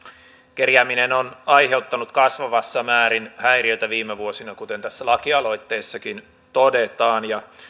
kerjääminen on aiheuttanut kasvavassa määrin häiriötä viime vuosina kuten tässä lakialoitteessakin todetaan